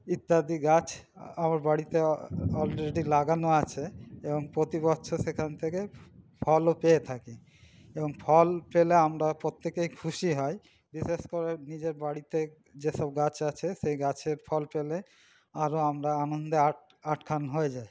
ইত্যাদি গাছ আমার বাড়িতে অলরেডি লাগানো আছে এবং প্রতি বছর সেখান থেকে ফলও পেয়ে থাকি এবং ফল পেলে আমরা প্রত্যেকেই খুশি হয় বিশেষ করে নিজের বাড়িতে যেসব গাছ আছে সেই গাছের ফল পেলে আরো আমরা আনন্দে আট আটখান হয়ে যায়